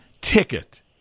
ticket